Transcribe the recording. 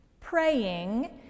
praying